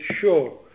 sure